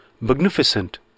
magnificent